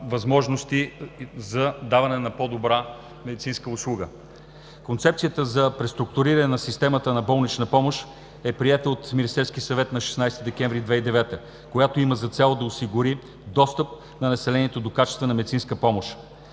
възможности за даване на по-добра медицинска услуга. Концепцията за преструктуриране на системата на болнична помощ е приета от Министерския съвет на 16 декември 2009 г., която има за цел да осигури достъп на населението до качествена медицинска помощ.